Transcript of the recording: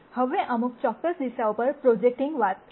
હવે અમે અમુક ચોક્કસ દિશાઓ પર પ્રોજેકટીંગ પર વાત કરી